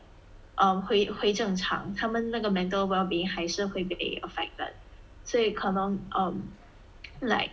um 回回正常他们那个 mental well-being 还是会被 affected 所以可能 um like